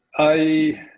i